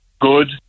good